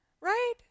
right